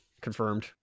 confirmed